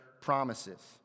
promises